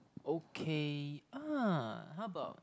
okay ah how about